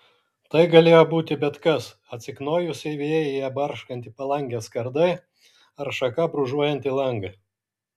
tai galėjo būti bet kas atsiknojusi vėjyje barškanti palangės skarda ar šaka brūžuojanti langą